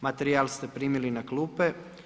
Materijal ste primili na klupe.